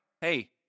Hey